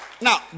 now